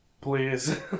Please